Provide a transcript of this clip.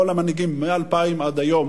כל המנהיגים מ-2000 עד היום